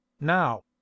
now